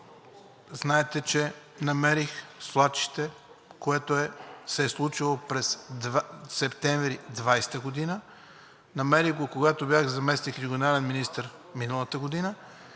знаете, че намерих свлачище, което се е случило през септември 2020 г. Намерих го, когато бях заместник-регионален министър миналата година,